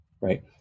right